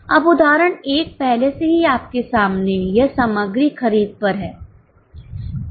अब उदाहरण 1 पहले से ही आपके सामने है यह सामग्री खरीद पर है